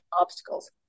obstacles